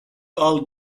all